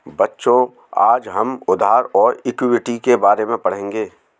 बच्चों आज हम उधार और इक्विटी के बारे में पढ़ेंगे